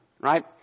right